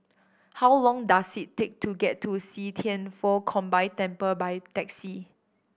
how long does it take to get to See Thian Foh Combined Temple by taxi